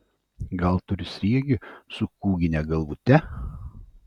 gal turi sriegį su kūgine galvute